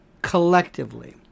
collectively